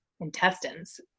intestines